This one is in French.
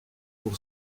pour